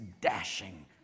dashing